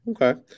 Okay